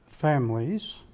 Families